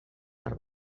per